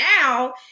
now